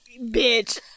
Bitch